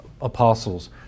apostles